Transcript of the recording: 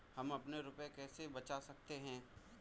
हम अपने रुपये कैसे बचा सकते हैं?